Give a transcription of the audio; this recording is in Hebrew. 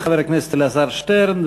חבר הכנסת אלעזר שטרן.